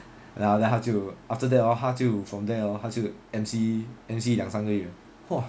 ya then 他就 after that hor 他就 from then hor 他就 M_C M_C 两三个月 !wah!